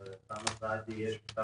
לאמירה שלאוסאמה סעדי יש ידע